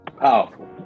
Powerful